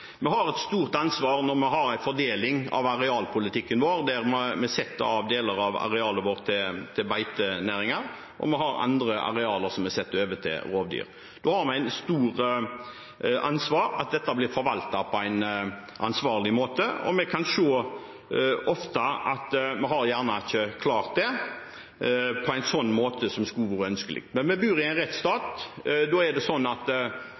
Vi har et stort ansvar når vi har en fordeling i arealpolitikken vår der vi setter av deler av arealet til beitenæringen, og vi har andre arealer som vi setter av til rovdyr. Da har vi et stort ansvar for at dette blir forvaltet på en ansvarlig måte, og vi kan ofte se at vi ikke har klart det på en sånn måte som hadde vært ønskelig. Vi bor i en rettsstat, og da er det sånn at